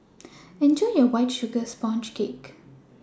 Enjoy your White Sugar Sponge Cake